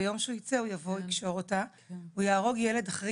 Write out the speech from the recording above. ביום שהוא יצא מהכלא הוא יבוא לקשור אותה והוא יהרוג ילד אחרי